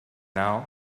now